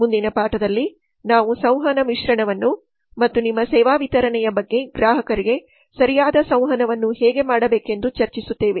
ಮುಂದಿನ ಪಾಠದಲ್ಲಿ ನಾವು ಸಂವಹನ ಮಿಶ್ರಣವನ್ನು ಮತ್ತು ನಿಮ್ಮ ಸೇವಾ ವಿತರಣೆಯ ಬಗ್ಗೆ ಗ್ರಾಹಕರಿಗೆ ಸರಿಯಾದ ಸಂವಹನವನ್ನು ಹೇಗೆ ಮಾಡಬೇಕೆಂದು ಚರ್ಚಿಸುತ್ತೇವೆ